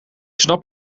snap